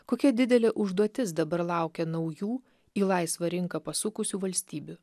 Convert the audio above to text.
kokia didelė užduotis dabar laukia naujų į laisvą rinką pasukusių valstybių